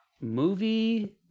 movie